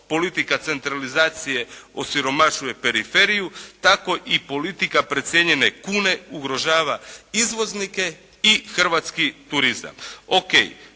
politika centralizacije osiromašuje periferiju tako i politika precijenjene kune ugrožava izvoznike i hrvatski turizam. O.k.,